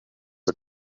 are